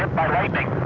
by lightning.